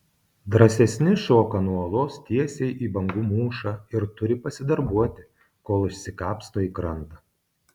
drąsesni šoka nuo uolos tiesiai į bangų mūšą ir turi pasidarbuoti kol išsikapsto į krantą